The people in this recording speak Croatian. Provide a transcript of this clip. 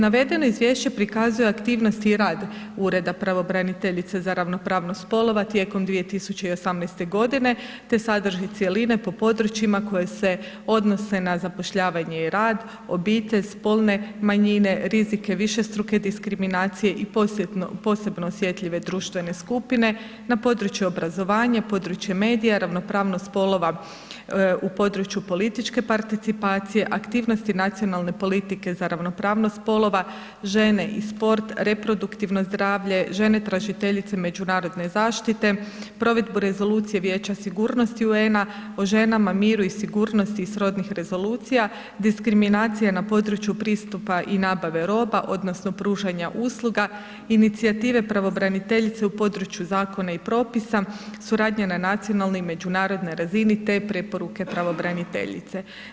Navedeno izvješće prikazuje aktivnosti i rad Ureda pravobraniteljice za ravnopravnost spolova tijekom 2018. godine te sadrži cjeline po područjima koje se odnose na zapošljavanje i rad, obitelj, spolne manjine, rizike višestruke diskriminacije i posebno osjetljive društvene skupine na području obrazovanja, područje medija, ravnopravnost spolova u području političke participacije, aktivnosti nacionalne politike za ravnopravnost spolova, žene i sport, reproduktivno zdravlje, žene tražiteljice međunarodne zaštite, provedbu rezolucije Vijeća sigurnosti UN-a o ženama, miru i sigurnosti i srodnih rezolucija, diskriminacija na području pristupa i nabave roba odnosno pružanja usluga, inicijative pravobraniteljice u području zakona i propisa, suradnja na nacionalnoj i međunarodnoj razini te preporuke pravobraniteljice.